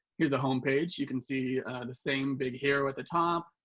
here's the home page. you can see the same big hero at the top,